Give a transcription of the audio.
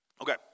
Okay